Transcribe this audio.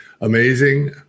amazing